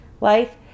life